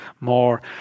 more